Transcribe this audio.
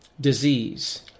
disease